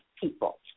people